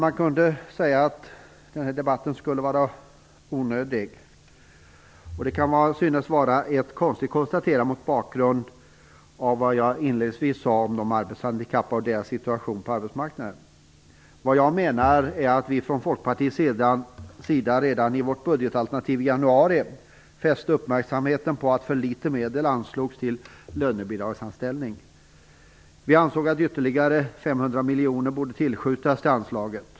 Det kan tyckas att dagens debatt är onödig. Det kan synas vara ett konstigt konstaterande mot bakgrund av vad jag inledningsvis sade om de arbetshandikappade och deras situation på arbetsmarknaden. Vad jag menar är att vi från Folkpartiet redan i vårt budgetalternativ i januari fäste uppmärksamheten på att det anslogs för litet medel till lönebidragsanställning. Vi ansåg att ytterligare 500 miljoner kronor borde tillskjutas till anslaget.